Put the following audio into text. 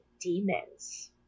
demons